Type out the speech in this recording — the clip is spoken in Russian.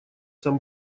сам